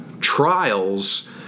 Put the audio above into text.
trials